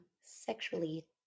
sexually